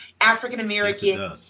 African-American